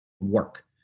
work